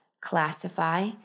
classify